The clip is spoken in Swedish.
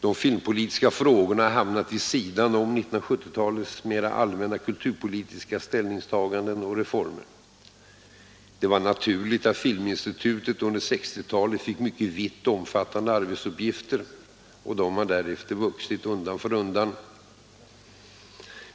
De filmpolitiska frågorna har hamnat vid sidan om 1970-talets mera allmänna kulturpolitiska ställningstaganden och reformer. Det var naturligt att Filminstitutet under 1960-talet fick mycket vittomfattande arbetsuppgifter. De har därefter vuxit undan för undan.